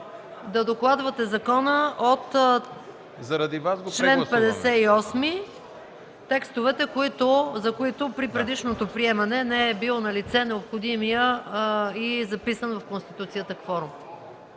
да докладвате текстовете по закона, за които при предишното приемане не е бил налице необходимият и записан в Конституцията кворум.